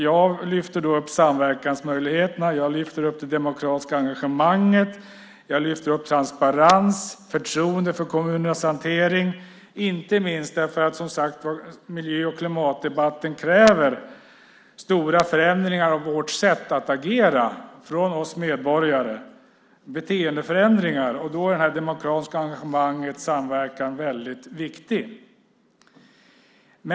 Jag lyfter upp samverkansmöjligheterna, det demokratiska engagemanget, transparens och förtroende för kommunernas hantering, inte minst därför att miljö och klimatdebatten kräver stora förändringar av vårt sätt att agera. Det kräver beteendeförändringar av oss medborgare. Då är det demokratiska engagemanget och samverkan väldigt viktigt.